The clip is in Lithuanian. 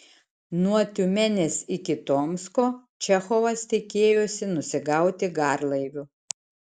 nuo tiumenės iki tomsko čechovas tikėjosi nusigauti garlaiviu